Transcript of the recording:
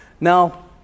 Now